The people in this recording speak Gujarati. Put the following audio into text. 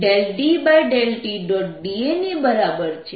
da ની બરાબર છે